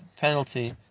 penalty